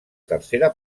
tercera